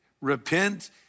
Repent